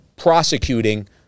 prosecuting